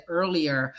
earlier